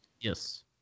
Yes